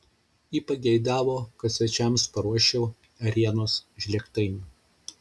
ji pageidavo kad svečiams paruoščiau ėrienos žlėgtainių